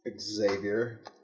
Xavier